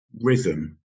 rhythm